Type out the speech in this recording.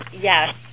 yes